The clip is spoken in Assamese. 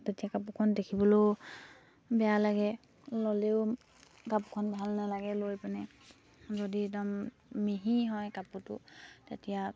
তেতিয়া কাপোৰখন দেখিবলৈও বেয়া লাগে ল'লেও কাপোৰখন ভাল নালাগে লৈ পিনে যদি একদম মিহি হয় কাপোৰটো তেতিয়া